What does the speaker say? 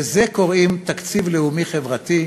לזה קוראים תקציב לאומי-חברתי?